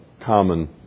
common